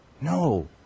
No